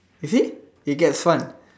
you see it gets fun